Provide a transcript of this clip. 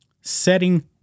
setting